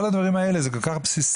כל הדברים האלה זה כל כך בסיסי,